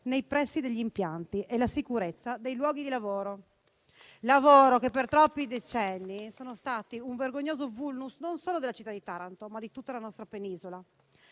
nei pressi degli impianti e la sicurezza dei luoghi di lavoro, che per troppi decenni sono stati un vergognoso *vulnus* non solo della città di Taranto, ma di tutta la nostra penisola.